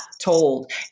told